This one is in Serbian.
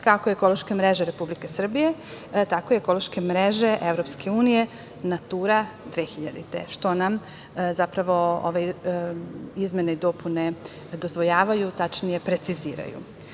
kako ekološke mreže Republike Srbije, tako i ekološke mreže Evropske unije „Natura 2000“, što nam zapravo izmene i dopune dozvoljavaju, tačnije preciziraju. Pojedinim